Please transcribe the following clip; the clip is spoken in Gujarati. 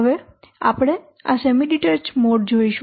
હવે આપણે આ સેમી ડીટેચ્ડ મોડ જોશું